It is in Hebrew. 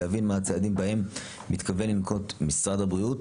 להבין מה הצעדים בהם מתכוון לנקוט משרד הבריאות,